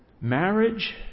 Marriage